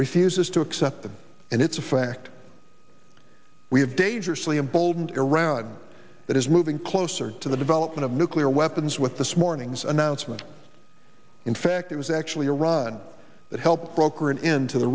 refuses to accept them and it's a fact we have dangerously emboldened iran that is moving closer to the development of nuclear weapons with this morning's announcement in fact it was actually iran that helped broker an end to the